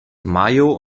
mayo